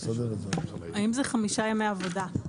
האם זה חמישה ימי עבודה?